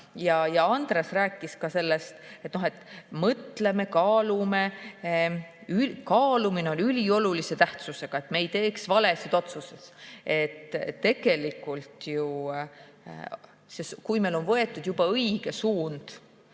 Andres rääkis ka sellest, et mõtleme, kaalume, et kaalumine on üliolulise tähtsusega, et me ei teeks valesid otsuseid. Tegelikult, kui meil on võetud juba õige suund,